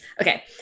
Okay